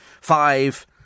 Five